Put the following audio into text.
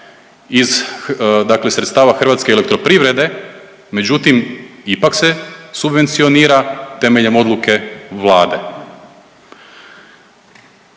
sredstava Hrvatske elektroprivrede, međutim ipak se subvencionira temeljem odluke Vlade.